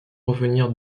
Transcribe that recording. revenir